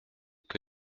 que